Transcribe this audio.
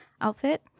outfit